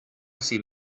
ací